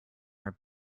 her